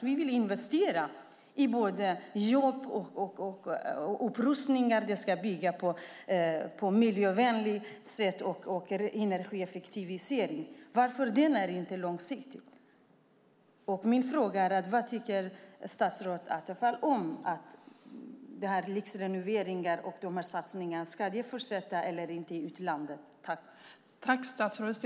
Vi vill investera i både jobb och upprustning, men det ska göras på ett miljövänligt sätt och med energieffektivisering. Varför är inte det långsiktigt? Min fråga är: Vad tycker statsrådet Attefall om satsningen på lyxrenoveringar i utlandet? Ska den fortsätta eller inte?